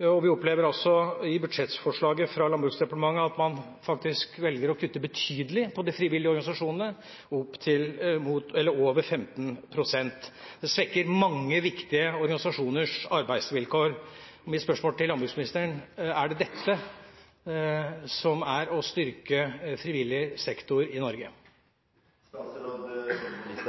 og vi opplever også i budsjettforslaget fra Landbruksdepartementet at man faktisk velger å kutte betydelig i bevilgninger til de frivillige organisasjonene, over 15 pst. Det svekker mange viktige organisasjoners arbeidsvilkår. Mitt spørsmål til landbruksministeren er: Er det dette som er å styrke frivillig sektor i Norge?